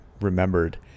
remembered